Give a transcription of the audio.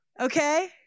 okay